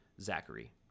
zachary